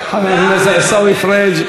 חבר הכנסת עיסאווי פריג',